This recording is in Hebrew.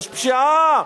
יש פשיעה,